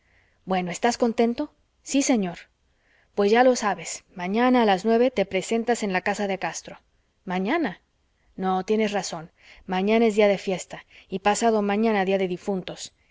bueno estás contento sí señor pues ya lo sabes mañana a las nueve te presentas en la casa de castro mañana no tienes razón mañana es día de fiesta y pasado mañana día de difuntos